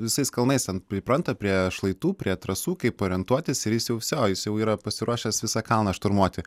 visais kalnais ten pripranta prie šlaitų prie trasų kaip orientuotis ir jis jau vsio yra pasiruošęs visą kalną šturmuoti